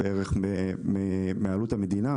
אם היו פה נציגים שלה,